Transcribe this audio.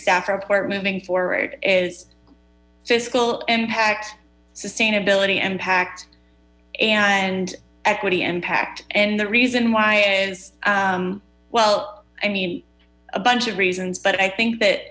staff report moving forward is fiscal impact sustainability impact and equity impact and the reason why is well i mean a bunch of reasons but i think